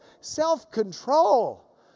self-control